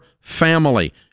family